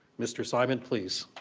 mr. simon please.